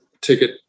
ticket